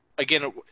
Again